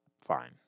Fine